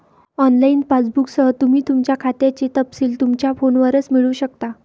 online पासबुकसह, तुम्ही तुमच्या खात्याचे तपशील तुमच्या फोनवरच मिळवू शकता